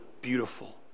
beautiful